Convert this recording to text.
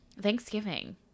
thanksgiving